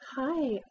Hi